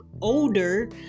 older